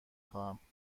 خواهم